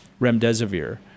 remdesivir